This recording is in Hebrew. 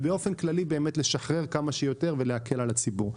ובאופן כללי לשחרר כמה שיותר ולהקל על הציבור.